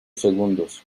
segundos